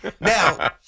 Now